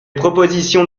propositions